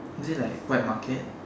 is it like wet market